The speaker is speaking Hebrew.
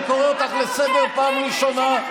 אני קורא אותך לסדר פעם ראשונה.